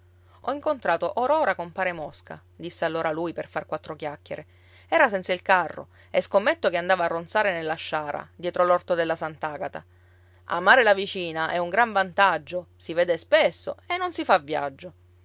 ho incontrato or ora compare mosca disse allora lui per far quattro chiacchiere era senza il carro e scommetto che andava a ronzare nella sciara dietro l'orto della sant'agata amare la vicina è un gran vantaggio si vede spesso e non si fa viaggio